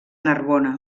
narbona